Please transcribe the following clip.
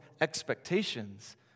expectations